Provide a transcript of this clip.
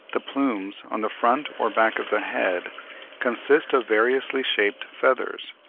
the plumes on the front or back of the head consist of variously-shaped feathers,